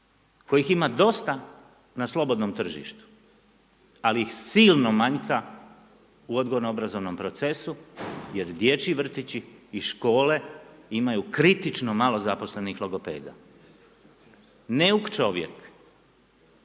kojih ima dosta na slobodnom tržištu ali ih silno manjka u odgojno-obrazovnom procesu jer dječji vrtići i škole imaju kritično malo zaposlenih logopeda. Neuk čovjek